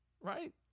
Right